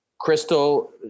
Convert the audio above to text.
Crystal